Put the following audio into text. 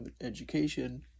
education